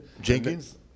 Jenkins